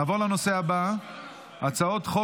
אני מודיע שהצעת חוק